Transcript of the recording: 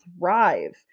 thrive